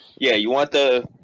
yeah, you want the?